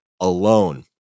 alone